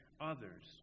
others